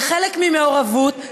וחלק ממעורבות,